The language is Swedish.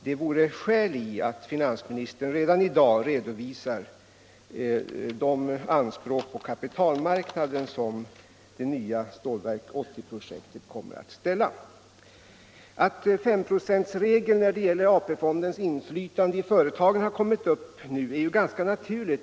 Det vore skäl i att finansministern redan i dag redovisar de anspråk på kapitalmarknaden som det nya stålverksprojektet kommer att ställa. Det är ganska naturligt att 5-procentsregeln när det gäller AP-fondens inflytande i företagen har kommit upp nu.